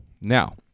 Now